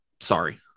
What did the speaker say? sorry